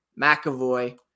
McAvoy